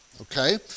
okay